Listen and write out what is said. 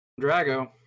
Drago